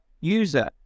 user